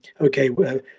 Okay